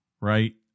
Right